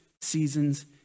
seasons